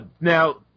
Now